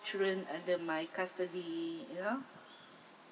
children under my custody you know